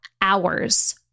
hours